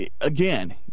again